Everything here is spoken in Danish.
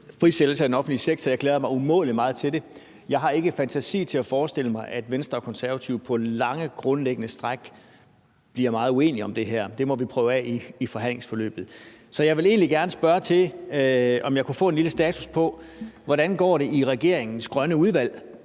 frisættelse af den offentlige sektor. Jeg glæder mig umådelig meget til det. Jeg har ikke fantasi til at forestille mig, at Venstre og Konservative på lange, grundlæggende stræk bliver meget uenige om det her. Det må vi prøve af i forhandlingsforløbet. Så jeg ville egentlig gerne spørge til, om jeg kunne få en lille status på, hvordan det går i regeringens grønne udvalg.